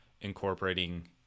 incorporating